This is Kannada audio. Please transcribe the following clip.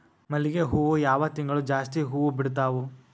ಮಲ್ಲಿಗಿ ಹೂವು ಯಾವ ತಿಂಗಳು ಜಾಸ್ತಿ ಹೂವು ಬಿಡ್ತಾವು?